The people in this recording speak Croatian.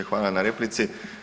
Hvala na replici.